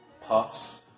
puffs